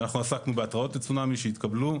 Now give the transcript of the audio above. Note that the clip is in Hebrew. אנחנו עסקנו בהתראות לצונאמי שהתקבלו.